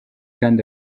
kandi